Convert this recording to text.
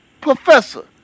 professor